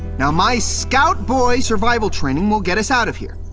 now my scout boy survival training will get us out of here.